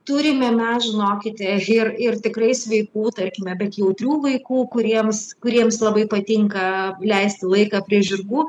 turime mes žinokite ir ir tikrai sveikų tarkime bet jautrių vaikų kuriems kuriems labai patinka leisti laiką prie žirgų